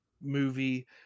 movie